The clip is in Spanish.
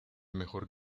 mejor